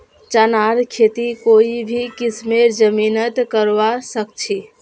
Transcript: चनार खेती कोई भी किस्मेर जमीनत करवा सखछी